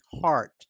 heart